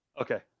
Okay